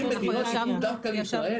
30 מדינות, יתנו דווקא לישראל?